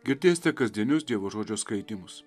girdėsite kasdienius dievo žodžio skaitymus